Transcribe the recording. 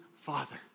Father